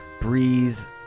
breeze